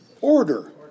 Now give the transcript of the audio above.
Order